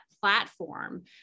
platform